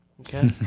okay